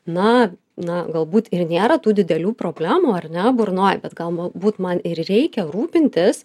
na na galbūt ir nėra tų didelių problemų ar ne burnoj bet gal ma būt man ir reikia rūpintis